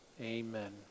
Amen